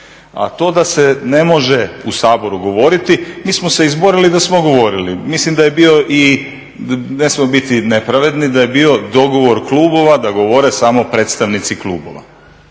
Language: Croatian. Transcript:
A to da se ne može u Saboru govoriti, mi smo se izborili da smo govorili. Mislim da je bio i ne smijemo biti nepravedni, da je bio dogovor klubova da govore samo predstavnici klubova.